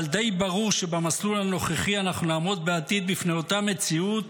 אבל די ברור שבמסלול הנוכחי אנחנו נעמוד בעתיד בפני אותה מציאות